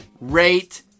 rate